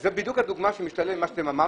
זה בדיוק הדוגמה שמשתלבת עם מה שאתם אמרתם.